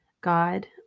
God